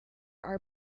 are